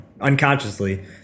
unconsciously